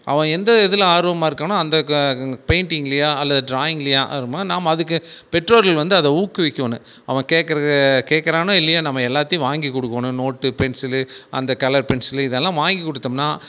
அவன் எந்த இதில் ஆர்வமாக இருக்கானோ அந்த பெய்ண்ட்டிங்கலயா அல்லது ட்ராய்ங்கலயா அது மாரி நாம் அதுக்கு பெற்றோர்கள் வந்து அதை ஊக்குவிக்கோணு அவன் கேக்கறதை கேட்குறானோ இல்லையோ நம்ம எல்லாத்தையும் வாங்கி கொடுக்கோணு நோட்டு பென்சிலு அந்த கலர் பென்சில் இதெல்லாம் வாங்கி கொடுத்தோம்னா